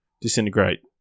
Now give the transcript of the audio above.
disintegrate